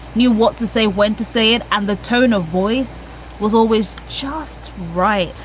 knew what to say, when to say it. and the tone of voice was always just right.